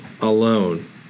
alone